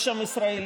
יש שם ישראלים,